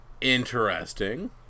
interesting